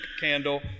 candle